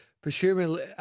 presumably